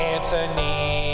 Anthony